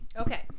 Okay